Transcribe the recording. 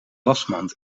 wasmand